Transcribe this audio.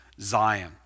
Zion